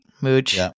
Mooch